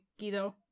Gido